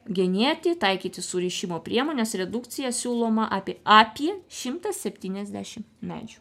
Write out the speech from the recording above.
genėti taikyti surišimo priemones redukciją siūloma apie apie šimtas septyniasdešim medžių